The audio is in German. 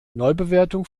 neubewertung